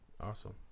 awesome